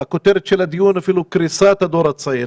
האם תוכל למסור לוועדה מה הפער בין דרישת הסטודנטים לבין מה שהמדינה